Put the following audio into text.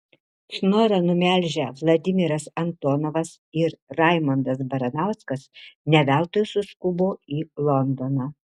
snorą numelžę vladimiras antonovas ir raimondas baranauskas ne veltui suskubo į londoną